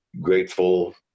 grateful